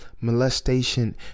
molestation